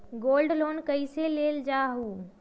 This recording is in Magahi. गोल्ड लोन कईसे लेल जाहु?